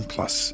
Plus